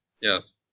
Yes